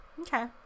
Okay